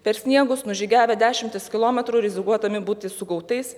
per sniegus nužygiavę dešimtis kilometrų rizikuodami būti sugautais